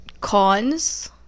cons